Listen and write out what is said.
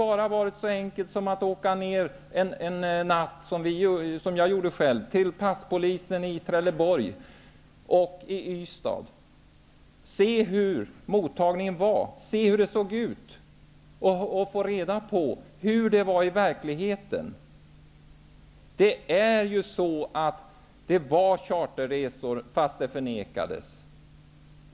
Det hade varit så enkelt som att en natt åka ned till passpolisen i Trelleborg och Ystad, vilket jag själv gjorde, och se hur mottagningen var och få reda på hur det var i verkligheten. Det rörde sig om charterresor, fast det förnekades.